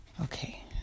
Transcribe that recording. Okay